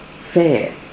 fair